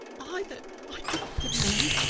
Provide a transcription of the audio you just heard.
either i dropped them then,